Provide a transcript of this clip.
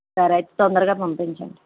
సరే అయితే తొందరగా పంపించండి